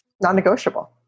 Non-negotiable